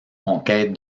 conquête